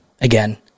Again